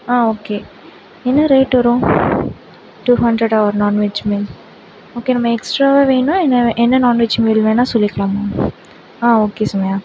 ஆ okay என்ன rate வரும் two ஹண்ட்ரடா ஒரு நான்வெஜ் மீல் ஓகே நம்ம எக்ஸ்ட்ராவாக வேணும்னா என்ன என்ன நான்வெஜ் மீல் வேணா சொல்லிக்கலாமா ஆ ஓகே சுமையா